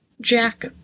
jack